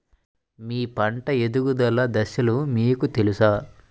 మీ పంట ఎదుగుదల దశలు మీకు తెలుసా?